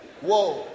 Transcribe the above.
Whoa